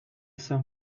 song